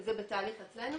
זה בתהליך אצלנו.